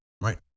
right